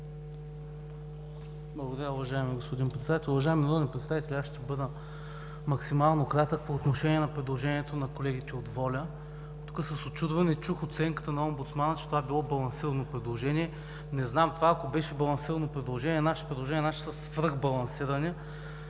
Благодаря, господин Председател. Уважаеми народни представители, аз ще бъда максимално кратък по отношение на предложението на колегите от „Воля“. Тука с учудване чух оценката на омбудсмана, че това е било балансирано предложение. Не знам, това ако беше балансирано предложение, нашите предложения са свръх балансирани,